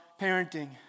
parenting